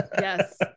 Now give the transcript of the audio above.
Yes